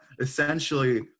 essentially